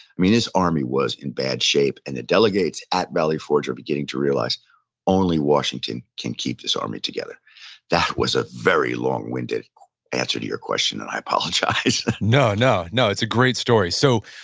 i mean, this army was in bad shape. and the delegates at valley forge are beginning to realize only washington can keep this army together that was a very long-winded answer to your question, and i apologize no, no. no, it's a great story. so,